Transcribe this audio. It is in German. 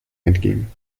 entging